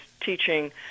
teaching